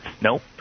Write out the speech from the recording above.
Nope